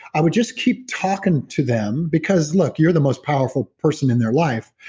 i would just keep talking to them, because look, you're the most powerful person in their life.